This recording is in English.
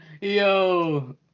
Yo